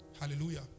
Hallelujah